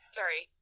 sorry